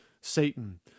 Satan